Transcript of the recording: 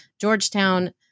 Georgetown